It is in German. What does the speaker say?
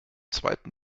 zweiten